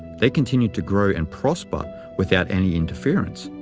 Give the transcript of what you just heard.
they continue to grow and prosper without any interference.